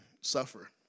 suffer